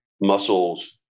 muscles